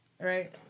Right